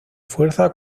fuerza